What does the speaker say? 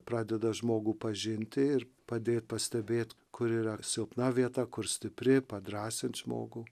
pradeda žmogų pažinti ir padėt pastebėt kur yra silpna vieta kur stipri padrąsint žmogų